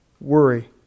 worry